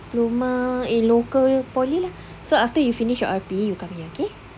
diploma in local polytechnic lah so after you finish your R_P you come here okay